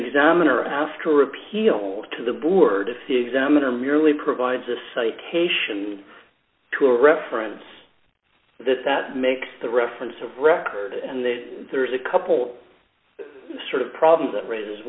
examiner after appeal to the board of the examiner merely provides a citation to a reference that that makes the reference of record and then there's a couple sort of problems that raises